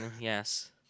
yes